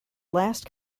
last